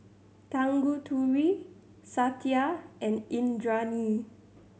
Tanguturi Satya and Indranee